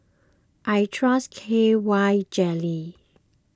I trust K Y Jelly